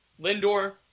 Lindor